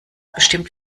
bestimmt